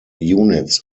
units